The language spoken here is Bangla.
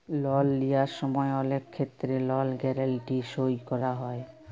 লল লিঁয়ার সময় অলেক খেত্তেরে লল গ্যারেলটি সই ক্যরা হয়